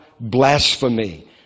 Blasphemy